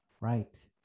Right